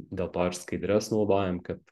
dėl to ir skaidres naudojam kad